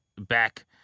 back